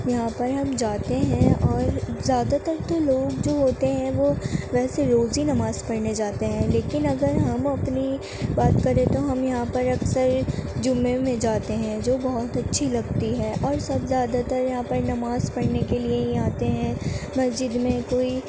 یہاں پر ہم جاتے ہیں اور زیادہ تر تو لوگ جو ہوتے ہیں وہ ویسے روز ہی نماز پڑھنے جاتے ہیں لیکن اگر ہم اپنی بات کریں تو ہم یہاں پر اکثر جمعے میں جاتے ہیں جو بہت اچھی لگتی ہے اور سب زیادہ تر یہاں پہ نماز پڑھنے کے لیے یہاں آتے ہیں مسجد میں کوئی